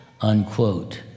unquote